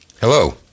Hello